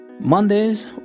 mondays